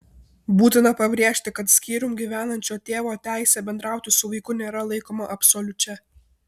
būtina pabrėžti kad skyrium gyvenančio tėvo teisė bendrauti su vaiku nėra laikoma absoliučia